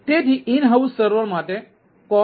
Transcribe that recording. તેથી in house server માટે core hour 1